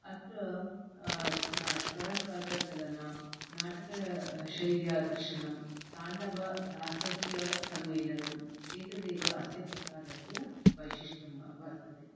अत्र त्वरपादचलना नाटकशैल्या दर्शनं ताण्डवदासस्य सम्मेलनम् एतदेव अस्य प्रकारस्य वैशिष्ट्यं वर्तते